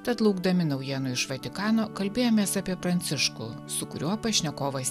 tad laukdami naujienų iš vatikano kalbėjomės apie pranciškų su kuriuo pašnekovas